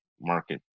market